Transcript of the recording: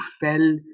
fell